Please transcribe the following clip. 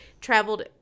traveled